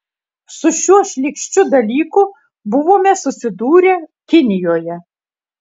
su šiuo šlykščiu dalyku buvome susidūrę kinijoje